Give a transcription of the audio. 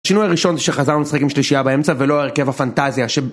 השינוי הראשון זה שחזרנו לשחק עם שלישייה באמצע ולא הרכב הפנטזיה שב...